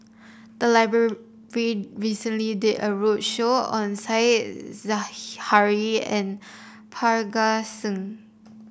the library recently did a roadshow on Said Zahari and Parga Singh